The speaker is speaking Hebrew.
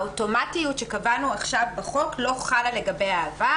האוטומטיות שקבענו עכשיו בחוק לא חלה לגבי העבר.